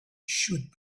should